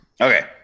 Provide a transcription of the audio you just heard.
Okay